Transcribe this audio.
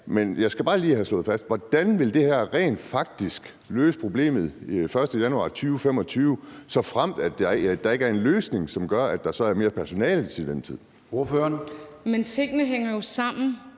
men jeg skal bare lige have slået fast: Hvordan vil det her rent faktisk løse problemet den 1. januar 2025, såfremt der ikke er en løsning, som gør, at der til den tid så er mere personale?